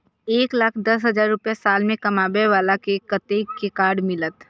एक लाख दस हजार रुपया साल में कमाबै बाला के कतेक के कार्ड मिलत?